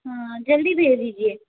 हाँ जल्दी भेज दीजिए